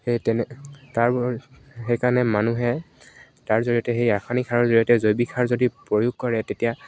সেই তেনে তাৰ সেইকাৰণে মানুহে তাৰ জৰিয়তে সেই ৰাসায়নিক সাৰৰ জৰিয়তে জৈৱিক সাৰ যদি প্ৰয়োগ কৰে তেতিয়া